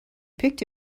picked